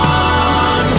on